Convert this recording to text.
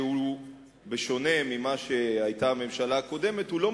שבשונה ממה שהיה בממשלה הקודמת הוא לא